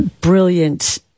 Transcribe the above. brilliant